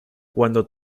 cuando